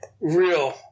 real